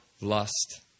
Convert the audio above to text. lust